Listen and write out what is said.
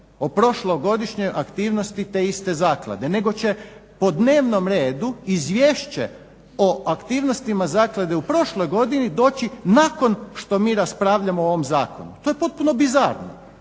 o prošlogodišnjoj aktivnosti te iste zaklade. Nego će po dnevnom redu izvješće o aktivnostima zaklade u prošloj godini doći nakon što mi raspravljamo o ovom zakonu. To je potpuno bizarno,